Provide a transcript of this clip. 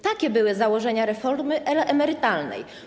Takie były założenia reformy emerytalnej.